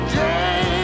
day